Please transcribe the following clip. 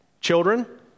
Children